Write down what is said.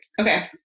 Okay